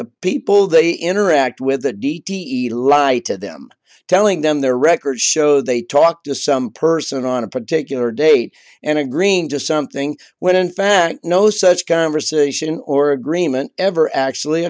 the people they interact with that d t e lied to them telling them their records show they talk to some person on a particular date and agreeing to something when in fact no such conversation or agreement ever actually